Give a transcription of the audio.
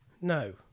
No